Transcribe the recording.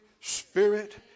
Spirit